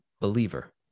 believer